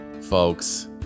folks